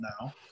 now